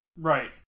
Right